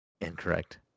Incorrect